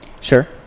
Sure